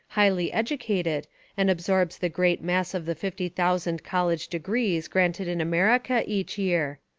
highly educated and absorbs the great mass of the fifty thousand col lege degrees granted in america each year.